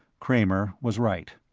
kramer was right.